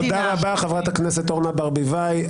תודה רבה חברת הכנסת אורנה ברביבאי.